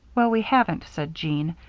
well, we haven't, said jean.